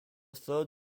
third